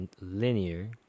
linear